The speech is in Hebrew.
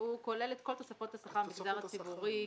הוא כולל את כל תוספות השכר במגזר הציבורי,